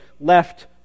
left